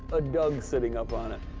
a doug sitting up on it.